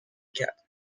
کرد